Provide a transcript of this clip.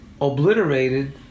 obliterated